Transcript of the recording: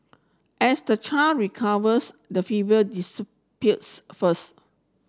as the child recovers the fever disappears first